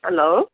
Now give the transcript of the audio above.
hello